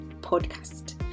Podcast